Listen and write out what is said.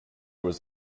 was